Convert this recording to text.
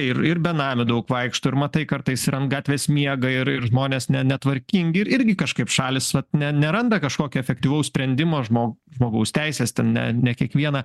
ir ir benamių daug vaikšto ir matai kartais ir ant gatvės miega ir ir žmonės ne netvarkingi irgi kažkaip šalys vat ne neranda kažkokio efektyvaus sprendimo žmo žmogaus teisės ten ne ne kiekvieną